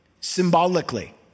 symbolically